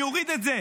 אני אוריד את זה.